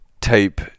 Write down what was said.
Type